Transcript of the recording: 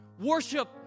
worship